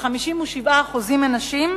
כ-57% הם נשים,